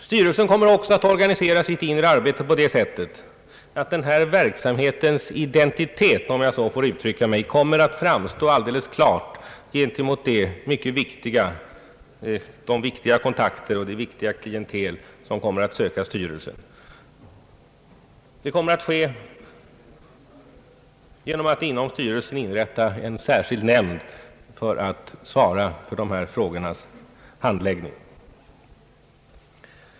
Styrelsen kommer också att organisera sitt inre arbete på det sättet att denna verksamhets identitet — om jag så får uttrycka mig — kommer att framstå som helt klar gentemot det mycket viktiga klientel som kommer att söka kontakt med styrelsen. Det kommer att ske genom att inom styrelsen inrättas en särskild nämnd för att svara för dessa frågors handläggning.